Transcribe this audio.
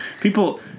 People